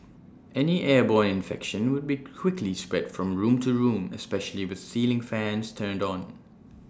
any airborne infection would be quickly spread from room to room especially with ceiling fans turn on